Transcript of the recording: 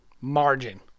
margin